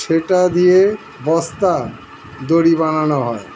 সেটা দিয়ে বস্তা, দড়ি বানানো হয়